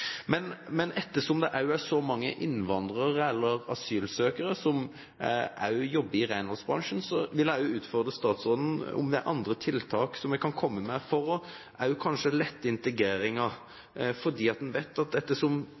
Ettersom det er så mange innvandrere og asylsøkere som jobber i renholdsbransjen, vil jeg også utfordre statsråden på om det er andre tiltak som en kan komme med for kanskje å lette integreringen. Selv om det er jobb nr. 1 for mange, er det også viktig å kunne sørge for at